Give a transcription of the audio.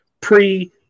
pre